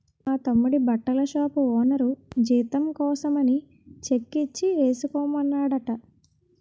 మా తమ్ముడి బట్టల షాపు ఓనరు జీతం కోసమని చెక్కిచ్చి ఏసుకోమన్నాడట